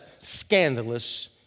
scandalous